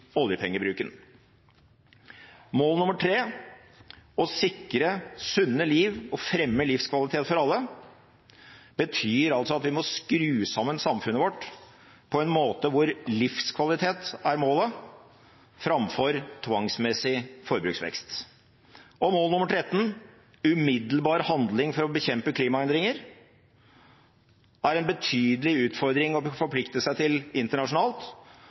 sikre sunne liv og fremme livskvalitet for alle, betyr at vi må skru sammen samfunnet vårt på en måte hvor livskvalitet er målet, framfor tvangsmessig forbruksvekst. Bærekraftmål 13, umiddelbar handling for å bekjempe klimaendringer, er en betydelig utfordring å forplikte seg til internasjonalt